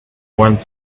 want